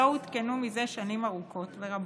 לא עודכנו זה שנים ארוכות ורבות.